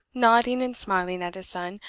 nodding and smiling at his son.